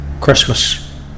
Christmas